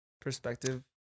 perspective